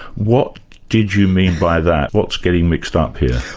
what did you mean by that? what's getting mixed up here?